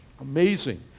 amazing